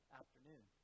afternoon